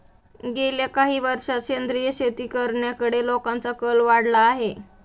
गेल्या काही वर्षांत सेंद्रिय शेती करण्याकडे लोकांचा कल वाढला आहे